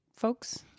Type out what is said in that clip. folks